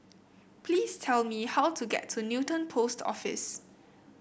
please tell me how to get to Newton Post Office